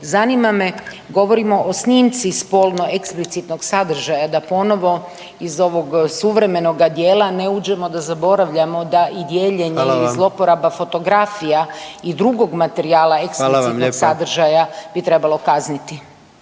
Zanima me, govorimo o snimci spolno eksplicitnog sadržaja, da ponovo iz ovoga suvremenoga dijela ne uđemo, da zaboravljamo da i dijeljenje i zlouporaba .../Upadica: Hvala vam./... fotografija i drugog materijala eksplicitnog sadržaja .../Upadica: